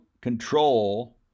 control